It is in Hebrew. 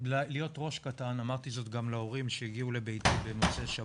להיות ראש קטן ואמרתי את זה גם להורים שהגיעו לביתי במוצאי שבת,